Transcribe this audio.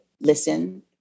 listen